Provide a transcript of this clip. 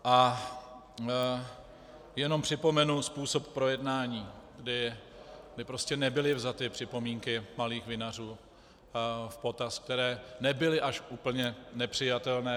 A jenom připomenu způsob projednání, kdy prostě nebyly vzaty připomínky malých vinařů v potaz, které nebyly až úplně nepřijatelné.